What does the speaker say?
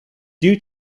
due